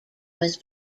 was